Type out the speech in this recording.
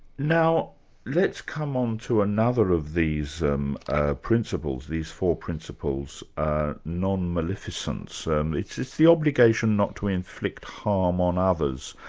now let's come on to another of these um ah principles, these four principles ah non-maleficence. um it's it's the obligation not to inflict harm on others.